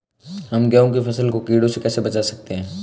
हम गेहूँ की फसल को कीड़ों से कैसे बचा सकते हैं?